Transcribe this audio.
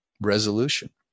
resolution